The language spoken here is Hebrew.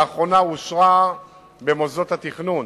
לאחרונה אושרה במוסדות התכנון